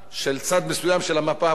צד מסוים של המפה הפוליטית,